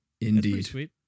Indeed